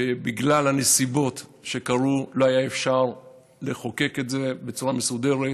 בגלל הנסיבות שקרו לא היה אפשר לחוקק את זה בצורה מסודרת,